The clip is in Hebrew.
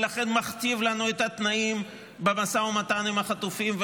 ולכן מכתיב לנו את התנאים במשא ומתן על החטופים,